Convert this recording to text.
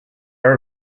are